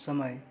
समय